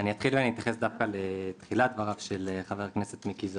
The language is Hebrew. אתחיל ואתייחס דווקא לתחילת דבריו של חבר הכנסת מיקי זוהר.